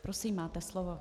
Prosím, máte slovo.